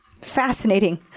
fascinating